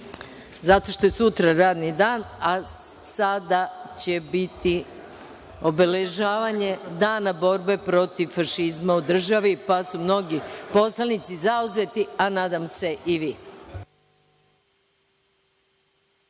što je sutra radni dan, a sada će biti obeležavanje Dana borbe protiv fašizma u državi, pa su mnogi poslanici zauzeti, a nadam se i vi.